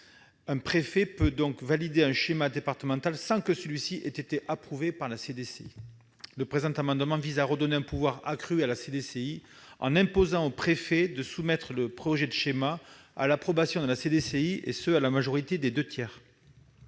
un préfet peut valider un schéma départemental sans que celui-ci ait été approuvé par la CDCI. Le présent amendement vise à redonner un pouvoir accru à la commission, en imposant au préfet de soumettre le projet de schéma à son approbation à la majorité des deux tiers.